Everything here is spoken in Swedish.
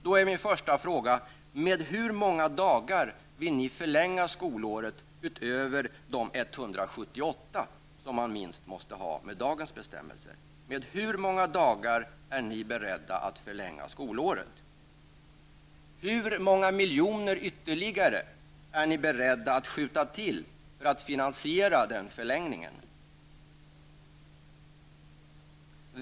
Då är min första fråga: Med hur många dagar vill ni förlänga skolåret utöver de 178 som det minst måste ha i dag? Hur många miljoner ytterligare är ni beredda att skjuta till för att finansiera denna förlängning?